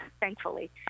thankfully